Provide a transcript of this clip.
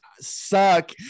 suck